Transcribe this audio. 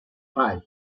five